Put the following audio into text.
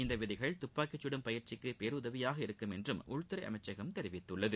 இந்த விதிகள் துப்பாக்கி கடும் பயிற்சிக்கு பேருதவியாக இருக்கும் என்றும் உள்துறை அமைச்சகம் கூறியுள்ளது